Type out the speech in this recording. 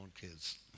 kids